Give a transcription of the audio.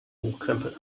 hochkrempeln